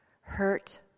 hurt